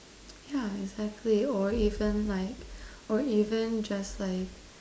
yeah exactly or even like or even just like